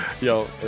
Yo